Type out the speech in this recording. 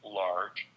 large